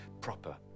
proper